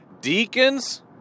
deacons